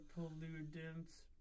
pollutants